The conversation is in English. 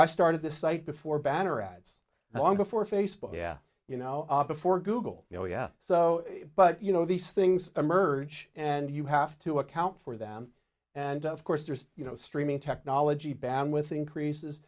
i started this site before banner ads and long before facebook yeah you know before google you know yeah so but you know these things emerge and you have to account for them and of course there's you know streaming technology band with increases